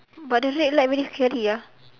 but the red light very scary ah